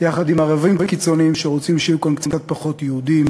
יחד עם ערבים קיצונים שרוצים שיהיו כאן קצת פחות יהודים,